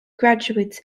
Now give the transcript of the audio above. graduates